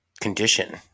condition